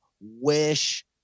Wish